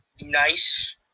nice